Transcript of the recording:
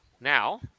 now